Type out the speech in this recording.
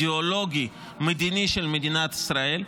פוליטי-אידיאולוגי-מדיני של מדינת ישראל,